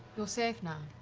you're safe now.